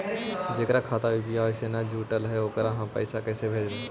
जेकर खाता यु.पी.आई से न जुटल हइ ओकरा हम पैसा कैसे भेजबइ?